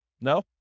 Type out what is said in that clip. No